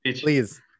Please